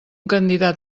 candidat